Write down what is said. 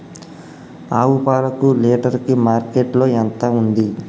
ఆవు పాలకు లీటర్ కి మార్కెట్ లో ఎంత ఉంది?